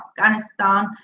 Afghanistan